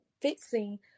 fixing